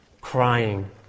crying